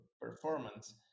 performance